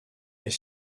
est